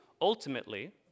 ultimately